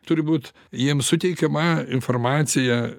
turi būt jiems suteikiama informacija